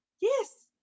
yes